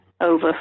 over